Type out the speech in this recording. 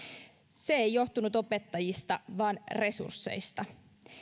se ei johtunut opettajista vaan resursseista